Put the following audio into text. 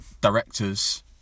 directors